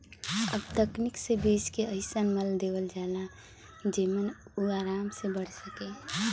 अब तकनीक से बीज के अइसन मल देवल जाला जेमन उ आराम से बढ़ सके